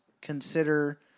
consider